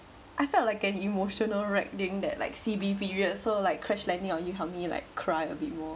I felt like an emotional wreck during that like C_B period so like crashed landing on you help me like cry a bit more